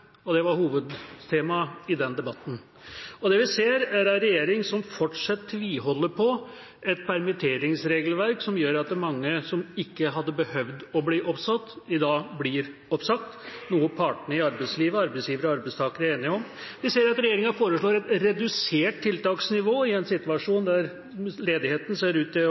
var hovedtemaet i den debatten. Det vi ser, er ei regjering som fortsatt tviholder på et permitteringsregelverk som gjør at mange som ikke hadde behøvd å bli oppsagt, i dag blir oppsagt, noe partene i arbeidslivet – arbeidsgiverne og arbeidstakerne – er enige om. Vi ser at regjeringa foreslår et redusert tiltaksnivå i en situasjon der ledigheten ser ut til